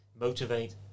motivate